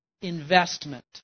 investment